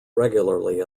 regularly